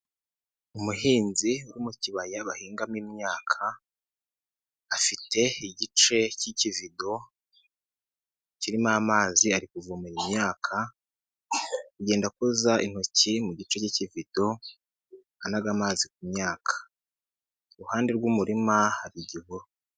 Umuhinzi uri mu kibaya bahingamo imyaka, afite igice cy'ikidido kirimo amazi, arikuvomerera imyaka, ugenda akoza intoki mu gice cy'ibido anaga amazi ku myaka, iruhande rw'umurima hari igihuru.